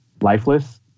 lifeless